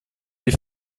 die